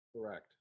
Correct